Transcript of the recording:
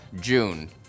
June